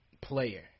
player